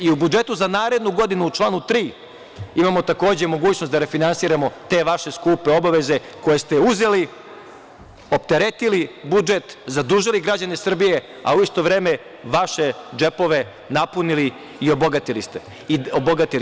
I u budžetu za narednu godinu u članu 3. imamo takođe mogućnost da refinansiramo te vaše skupe obaveze koje ste uzeli, opteretili budžet, zadužili građane Srbije, a u isto vreme vaše džepove napunili i obogatili ste se.